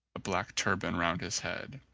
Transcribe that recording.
a black turban round his head,